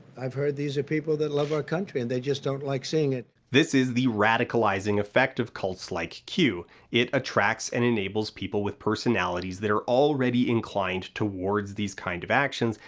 i've heard these are people that love our country and they just don't like seeing it this is the radicalizing effect of cults like q it attracts and enables people with personalities that are already inclined towards these kinds of actions,